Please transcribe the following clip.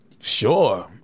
sure